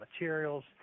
materials